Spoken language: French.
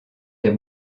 des